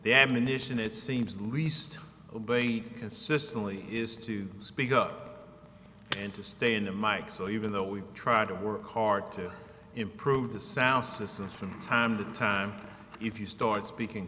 the ammunition it seems least obeyed consistently is to speak up and to stay in the mix so even though we try to work hard to improve the sound system from time to time if you start speaking